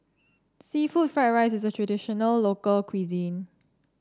seafood Fried Rice is a traditional local cuisine